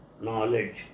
knowledge